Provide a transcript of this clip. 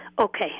Okay